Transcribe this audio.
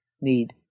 need